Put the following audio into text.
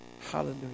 Hallelujah